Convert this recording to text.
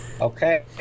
Okay